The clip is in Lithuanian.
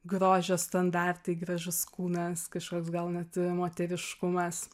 grožio standartai gražus kūnas kažkoks gal net moteriškumas